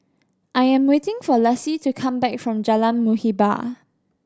I am waiting for Lassie to come back from Jalan Muhibbah